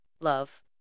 love